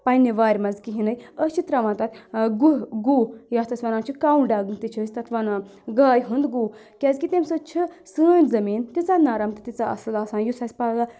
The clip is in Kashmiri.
پَنٕنہِ وارِ منٛز کِہیٖنۍ نہٕ أسۍ چھِ ترٛاوان تَتھ گُہہ گُہہ یَتھ أسۍ وَنان چھِ کوڈنٛگ تہِ چھِ أسۍ تَتھ وَنان گاے ہُنٛد گُہہ کیازکہِ تَمہِ سۭتۍ چھِ سٲنۍ زٔمیٖن تیٖژہ نَرٕم تہٕ تیٖژہ اَصٕل آسان یُس اَسہِ پَگہہ